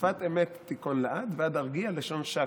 "שפת אמת תיכון לעד, ועד ארגיעה לשון שקר".